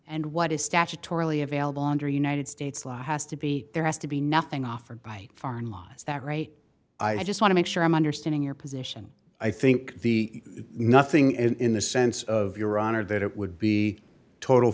and what is statutorily available under united states law has to be there has to be nothing offered by foreign law is that right i just want to make sure i'm understanding your position i think the nothing in the sense of your honor that it would be a total